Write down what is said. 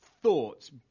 thoughts